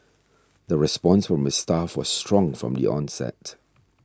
the response from its staff was strong from the onset